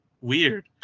weird